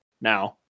now